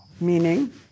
meaning